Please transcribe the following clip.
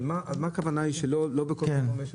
אני רוצה להצטרף לדבריו של